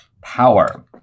power